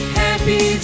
happy